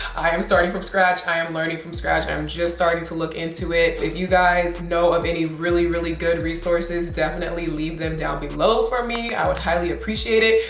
i am starting from scratch. i am learning from scratch. i'm just starting to look into it. if you guys know of any really, really good resources, definitely leave them down below for me. i would highly appreciate it.